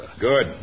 Good